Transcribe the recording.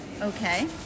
Okay